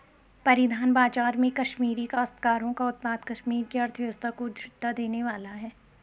परिधान बाजार में कश्मीरी काश्तकारों का उत्पाद कश्मीर की अर्थव्यवस्था को दृढ़ता देने वाला है